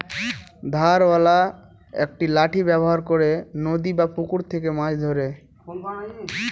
ধারওয়ালা একটি লাঠি ব্যবহার করে নদী বা পুকুরে থেকে মাছ ধরে